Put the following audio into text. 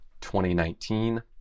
2019